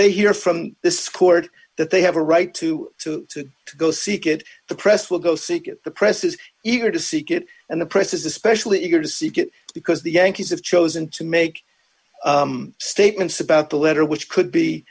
they hear from this court that they have a right to to to to go seek it the press will go seek it the press is eager to seek it and the press is especially eager to seek it because the yankees have chosen to make statements about the letter which could be